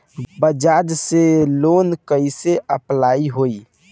बजाज से लोन कईसे अप्लाई होई?